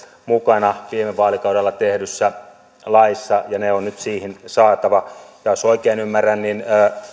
mukana viime vaalikaudella tehdyssä laissa ja ne on nyt siihen saatava jos oikein ymmärrän niin